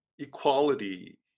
equality